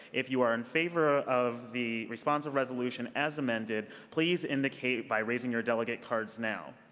if you are in favor of the response everetz solution as amended, please indicate by raising your delegate cards now.